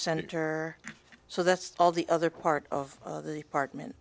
senator so that's all the other part of the apartment